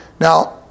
Now